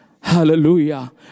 hallelujah